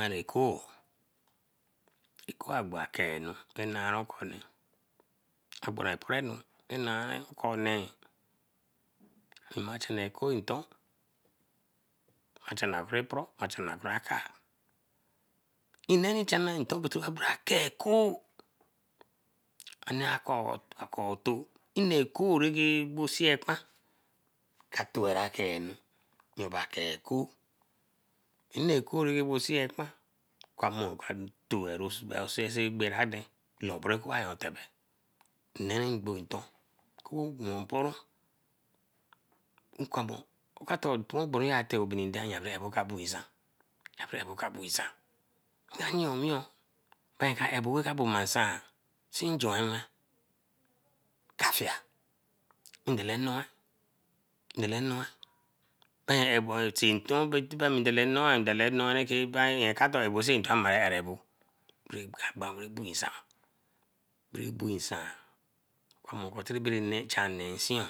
Ekoh. ekeh agbo akenu bey naru okone obora operanu naru okonee. Imagine ekohh nton wa channa kere poro, wa channa kere akai. Nneni channa bora akea ke ekoh ane akefo. Nne koh reke bo seye ekpan ka tora akenu, noo bae ke ekoh, nne ekoh ra seeye ekpan ka tora sese bera-aden loboro yon atebe. Re gbo nton ekoh mporon. Ogbonrun ka teh obininde raka bue nsan abo abo ka bue nsan nayo owiyen bi ka abo raka bue nsan, si juenwe ka fie, ndole-noi ndole noi till nton ami dole noi rake tin abo nton ma bere abo buen nsan, prebuen nsan omo tare ogbere onnee ehanne nsiyo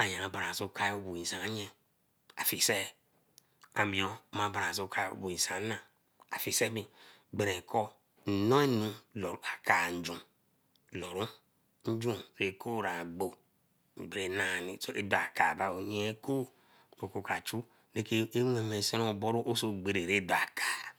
aye bara soe okai buen nsan ye afise, ma baran so kai wee nsan na afisemi berekor nnonulo akanju loru njun ra kor ra agbo bere nari edo akai re yan eko kra chu ra wesenboru so ogbere ra dakar.